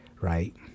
Right